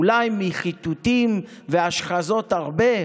/ אולי מכיתותים והשחזות הרבה,